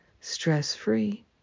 stress-free